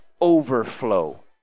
overflow